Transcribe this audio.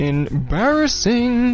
Embarrassing